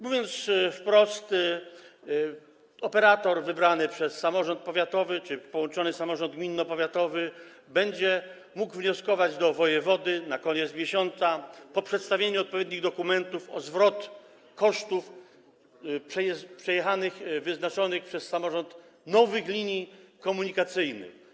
Mówiąc wprost, operator wybrany przez samorząd powiatowy czy połączone samorządy gminno-powiatowe będzie mógł wnioskować do wojewody na koniec miesiąca po przedstawieniu odpowiednich dokumentów o zwrot kosztów przejazdu na trasie wyznaczonych przez samorząd nowych linii komunikacyjnych.